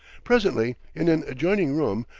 presently, in an adjoining room,